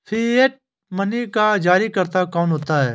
Fiat money का जारीकर्ता कौन होता है?